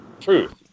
truth